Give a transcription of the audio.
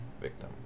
victim